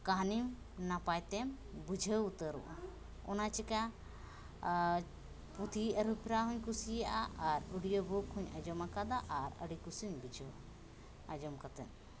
ᱠᱟᱦᱱᱤᱢ ᱱᱟᱯᱟᱭᱛᱮᱢ ᱵᱩᱡᱷᱟᱹᱣ ᱩᱛᱟᱹᱨᱚᱜᱼᱟ ᱚᱱᱟ ᱪᱤᱠᱟᱹ ᱯᱩᱛᱷᱤ ᱟᱹᱨᱩᱯᱷᱮᱨᱟᱣ ᱦᱚᱸᱧ ᱠᱩᱥᱤᱭᱟᱜᱼᱟ ᱟᱨ ᱚᱰᱤᱭᱳ ᱵᱩᱠ ᱦᱚᱸᱧ ᱟᱸᱡᱚᱢᱟᱠᱟᱫᱟ ᱟᱨ ᱟᱹᱰᱤ ᱠᱩᱥᱤᱧ ᱵᱩᱡᱷᱟᱹᱣᱟ ᱟᱸᱡᱚᱢ ᱠᱟᱛᱮᱫ